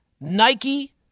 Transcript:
Nike